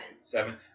Seven